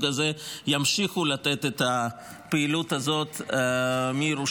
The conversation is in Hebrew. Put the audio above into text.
הזה ימשיכו לתת את הפעילות הזאת מירושלים.